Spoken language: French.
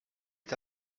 est